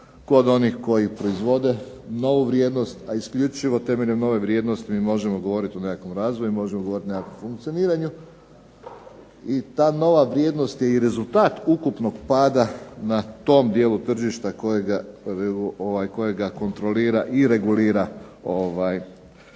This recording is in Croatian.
kod onih koji proizvode novu vrijednost. A isključivo temeljem nove vrijednost možemo govoriti o nekakvom razvoju, možemo govoriti o nekakvom funkcioniranju. I ta nova vrijednost je i rezultat ukupnog pada na tom dijelu tržišta kojega kontrolira i regulira